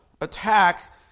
attack